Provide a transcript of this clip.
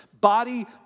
body